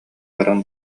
баран